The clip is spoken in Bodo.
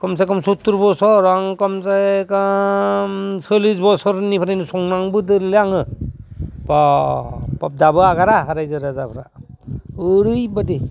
कमसेकम सुत्तुर बसर आं कमसेकम सल्लिस बसरनिफ्रायनो संनांबोदोंलै आङो बाब बाब दाबो आगारा रायजो राजाफोरा ओरैबायदि